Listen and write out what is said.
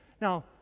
Now